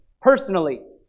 personally